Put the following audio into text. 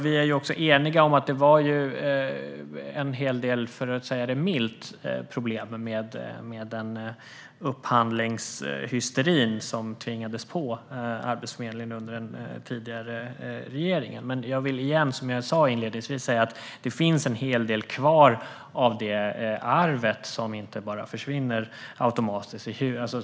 Vi är ju också eniga om att det var en hel del - för att säga det milt - problem med den upphandlingshysteri som tvingades på Arbetsförmedlingen under den tidigare regeringen. Som jag sa inledningsvis finns det en hel del kvar av det arvet som inte försvinner automatiskt.